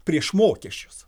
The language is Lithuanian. prieš mokesčius